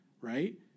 right